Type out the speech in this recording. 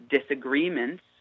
disagreements